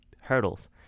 hurdles